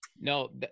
No